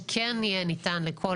שכן יהיה ניתן לכל